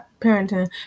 parenting